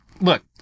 look